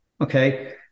Okay